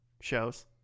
shows